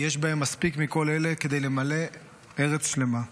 יש בהם מספיק מכל אלה כדי למלא ארץ שלמה.